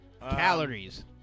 Calories